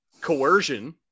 coercion